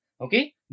okay